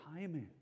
timing